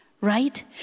right